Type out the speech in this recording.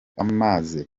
amaze